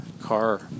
car